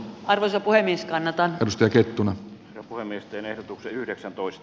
arvoisa puhemies kannattaa tutkia kettunen voimistelee tutuksi yhdeksäntoista